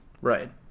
Right